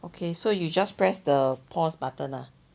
so you just press the pause button ah